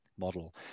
model